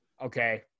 okay